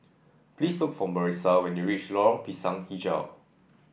please look for Marisa when you reach Lorong Pisang hijau